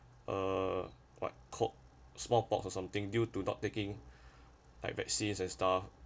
uh what caught smallpox or something due to not taking like vaccines and stuff